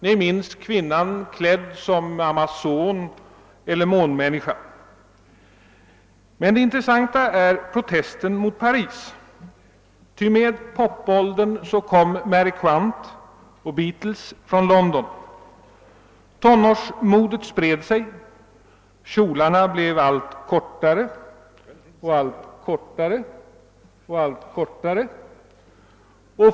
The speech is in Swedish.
Ni minns kvinnan klädd som amazon eller månmänniska. Men det intressanta är protesten mot Paris, ty med popåldern kom Mary Quant och Beatles från London. Tonårsmodet spred sig och kjolarna blev allt kortare, allt kortare och allt kortare.